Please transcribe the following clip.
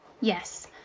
Yes